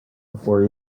before